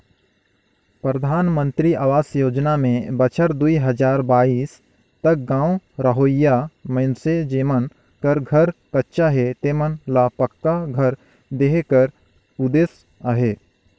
परधानमंतरी अवास योजना में बछर दुई हजार बाइस तक गाँव रहोइया मइनसे जेमन कर घर कच्चा हे तेमन ल पक्का घर देहे कर उदेस अहे